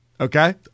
Okay